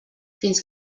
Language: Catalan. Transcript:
fins